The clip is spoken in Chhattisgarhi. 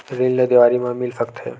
ऋण ला देवारी मा मिल सकत हे